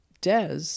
Des